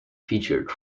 featured